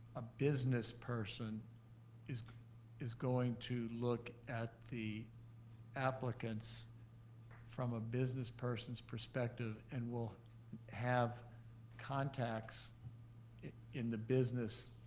a business person is is going to look at the applicants from a business person's perspective and will have contacts in the business,